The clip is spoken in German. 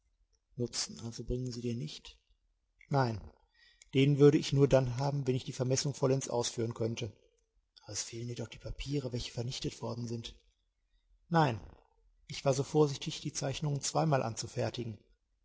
also bringen sie dir nicht nein den würde ich nur dann haben wenn ich die vermessung vollends ausführen könnte aber es fehlen dir doch die papiere welche vernichtet worden sind nein ich war so vorsichtig die zeichnungen zweimal anzufertigen